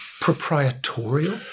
proprietorial